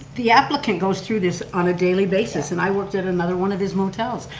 the applicant goes through this on a daily basis and i worked at another one of his motels.